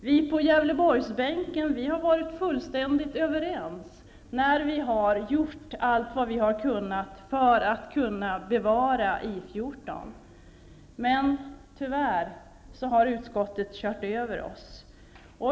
Vi på Gävleborgsbänken har varit fullständigt överens när vi har gjort allt vad vi har kunnat för att I 14 skall kunna bevaras. Men tyvärr har utskottet kört över oss.